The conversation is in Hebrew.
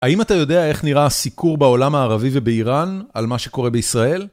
האם אתה יודע איך נראה הסיקור בעולם הערבי ובאיראן על מה שקורה בישראל?